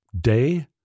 day